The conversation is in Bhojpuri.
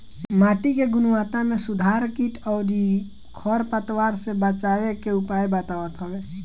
माटी के गुणवत्ता में सुधार कीट अउरी खर पतवार से बचावे के उपाय बतावत हवे